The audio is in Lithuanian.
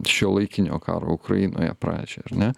šiuolaikinio karo ukrainoje pradžią ar ne